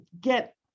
get